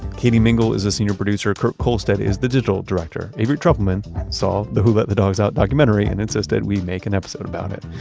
katie mingle is our senior producer. kurt kohlstedt is the digital director. avery trufelman saw the who let the dogs out documentary and insists that we make an episode about it.